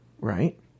right